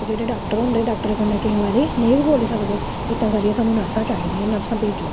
ते जेह्ड़े डाक्टर होंदे डाक्टर कन्नै केईं बारी नेईं बी बोली सकदे इत्तां करियै सानूं नर्सां चाहिदियां नर्सां भेजो